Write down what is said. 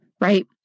right